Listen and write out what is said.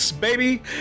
baby